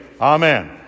Amen